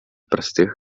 простых